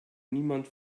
niemand